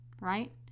right